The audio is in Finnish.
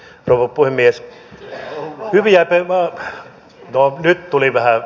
no nyt tuli pieni erhe mutta